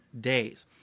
days